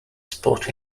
spot